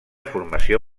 formació